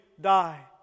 die